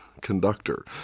conductor